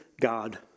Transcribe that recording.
God